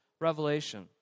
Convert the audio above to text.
revelation